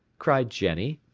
cried jenny.